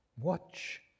Watch